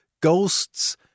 ghosts